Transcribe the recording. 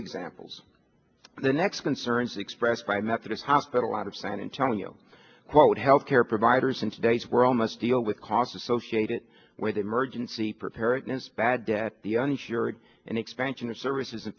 examples the next concerns expressed by method hospital out of san antonio what health care providers in today's were all must deal with costs associated with emergency preparedness bad debt the uninsured and expansion of services